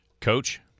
Coach